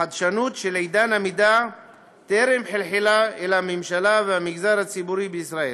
החדשנות של עידן המידע טרם חלחלה אל הממשלה והמגזר הציבורי בישראל,